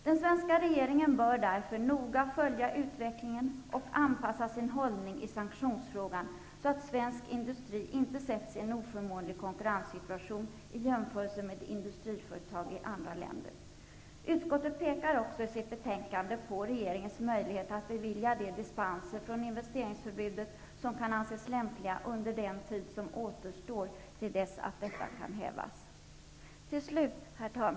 Den svenska regeringen bör därför noga följa utvecklingen och anpassa sin hållning i sanktionsfrågan så att svensk industri inte försätts i en oförmånlig konkurrenssituation i jämförelse med industriföretag i andra länder. Utskottet pekar också i sitt betänkande på regeringens möjligheter att bevilja de dispenser från investeringsförbudet som kan anses lämpliga under den tid som återstår till dess att investeringsförbudet kan hävas.